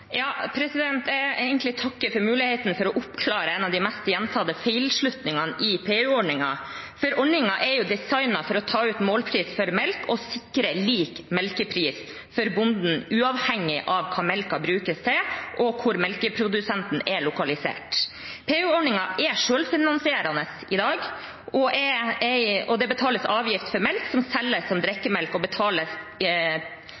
Jeg vil takke for muligheten til å oppklare en av de mest gjentatte feilslutningene i PU-ordningen. Ordningen er jo designet for å ta ut målpris for melk og sikre lik melkepris for bonden, uavhengig av hva melken brukes til, og hvor melkeprodusenten er lokalisert. PU-ordningen er selvfinansierende i dag, og det betales avgift for melk som selges som